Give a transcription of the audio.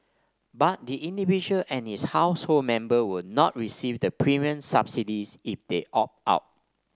but the individual and his household member will not receive the premium subsidies if they opt out